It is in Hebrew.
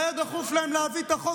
והיה דחוף להם להביא את החוק,